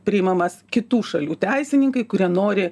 priimamas kitų šalių teisininkai kurie nori